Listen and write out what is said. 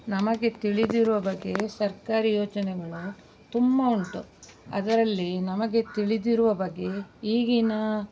ನಮಗೆ ತಿಳಿದಿರುವ ಬಗ್ಗೆ ಸರ್ಕಾರಿ ಯೋಜನೆಗಳು ತುಂಬ ಉಂಟು ಅದರಲ್ಲಿ ನಮಗೆ ತಿಳಿದಿರುವ ಬಗ್ಗೆ ಈಗಿನ